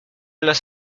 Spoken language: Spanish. los